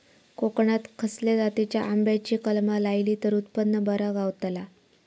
कोकणात खसल्या जातीच्या आंब्याची कलमा लायली तर उत्पन बरा गावताला?